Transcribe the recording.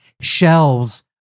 shelves